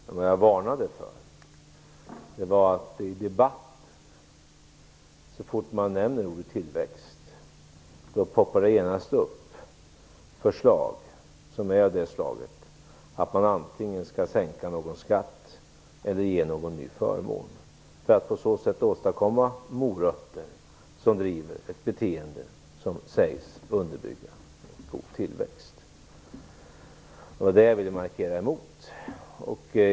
Men vad jag varnade för var att så fort man nämner ordet tillväxt i debatten poppar det genast upp förslag som är av det slaget att man antingen skall sänka någon skatt eller ge någon ny förmån för att på så sätt åstadkomma morötter som driver ett beteende som sägs underbygga god tillväxt. Det var det som jag ville göra en markering emot.